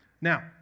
Now